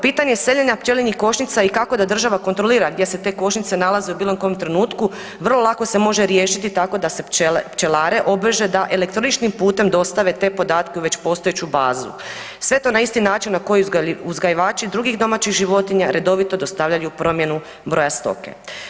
Pitanje seljenja pčelinjih košnica i kako da država kontrolira gdje se te košnice nalaze u bilokom trenutku, vrlo lako se može riješiti tako da se pčelare obveže da elektroničnim putem dostave te podatke u već postojeću bazu, sve to na isti način na koji uzgajivači drugih domaćih životinja redovito dostavljaju promjenu broja stoke.